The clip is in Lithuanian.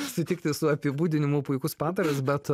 sutikti su apibūdinimu puikus padaras bet